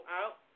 out